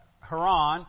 Haran